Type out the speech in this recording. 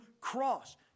cross